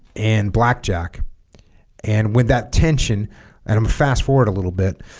and blackjack and with that tension and i'm fast forward a little bit